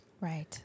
Right